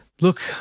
Look